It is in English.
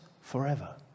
forever